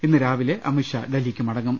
ഇന്നു രാവിലെ അമിത്ഷാ ഡൽഹിക്ക് മടങ്ങും